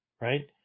right